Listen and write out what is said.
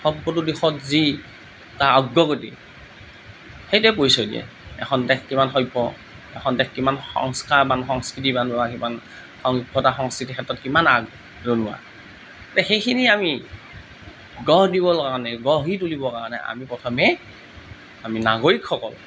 সৰ্বতোদিশত যি তাৰ অগ্ৰগতি সেইটোৱে পৰিচয় দিয়ে এখন দেশ কিমান সভ্য এখন দেশ কিমান সংস্কাৰবান সংস্কৃতিবান বা কিমান সভ্যতা সংস্কৃতিৰ ক্ষেত্ৰত কিমান আগৰণুৱা গতিকে সেইখিনি আমি গঢ় দিবলৈ কাৰণে গঢ়ি তুলিবৰ কাৰণে আমি প্ৰথমে আমি নাগৰিকসকল